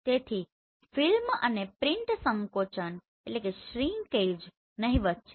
તેથી ફિલ્મ અને પ્રિંટ સંકોચન નહિવત છે